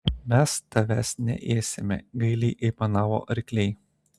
mes tavęs neėsime gailiai aimanavo arkliai